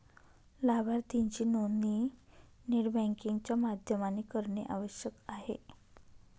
लाभार्थीची नोंदणी net banking च्या माध्यमाने करणे आवश्यक आहे